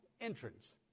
entrance